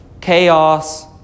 chaos